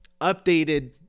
updated